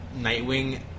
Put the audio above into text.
Nightwing